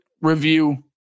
review